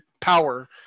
power